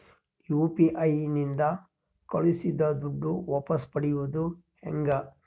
UPI ನಿಂದ ಕಳುಹಿಸಿದ ದುಡ್ಡು ವಾಪಸ್ ಪಡೆಯೋದು ಹೆಂಗ?